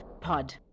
Pod